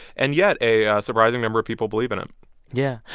and yet, a ah surprising number of people believe in it yeah.